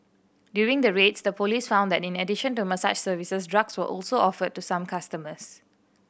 during the raids the police found that in addition to massage services drugs were also offered to some customers